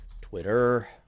Twitter